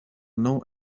know